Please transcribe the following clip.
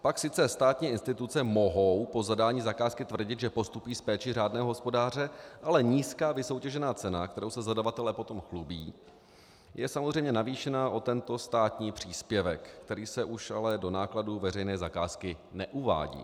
Pak sice státní instituce mohou po zadání zakázky tvrdit, že postupují s péčí řádného hospodáře, ale nízká vysoutěžená cena, kterou se zadavatelé potom chlubí, je samozřejmě navýšena o tento státní příspěvek, který se už ale do nákladů veřejné zakázky neuvádí.